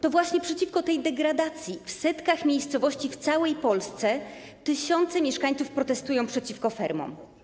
To właśnie przeciwko tej degradacji w setkach miejscowości w całej Polsce tysiące mieszkańców protestują przeciwko fermom.